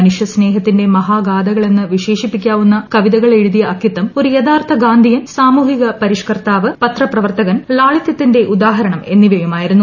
മനുഷൃസ്നേഹത്തിന്റെ മഹാഗാഥകളെന്നു വിശേഷിപ്പിക്കാവുന്ന കവിതകളെഴുതിയ അക്കിത്തം ഒരു യഥാർത്ഥ ഗാന്ധിയൻ സാമൂഹിക പരിഷ്കർത്താവ് പത്രപ്രവർത്തകൻ ലാളിതൃത്തിന്റെ എന്നിവയുമായിരുന്നു